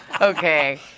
Okay